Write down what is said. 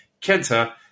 Kenta